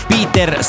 Peter